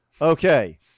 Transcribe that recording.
okay